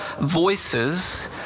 voices